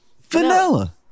vanilla